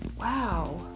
Wow